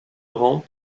grand